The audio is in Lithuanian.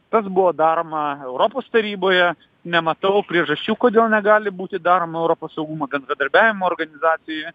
tas buvo daroma europos taryboje nematau priežasčių kodėl negali būti daroma europos saugumo bendradarbiavimo organizacijoje